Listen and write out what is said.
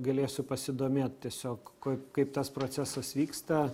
galėsiu pasidomėt tiesiog kaip tas procesas vyksta